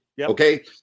Okay